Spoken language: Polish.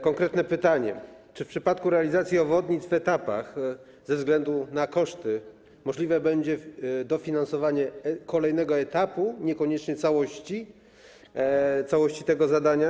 Konkretne pytanie: Czy w przypadku realizacji obwodnic w etapach ze względu na koszty możliwe będzie dofinansowanie kolejnego etapu, niekoniecznie całości tego zadania?